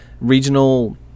Regional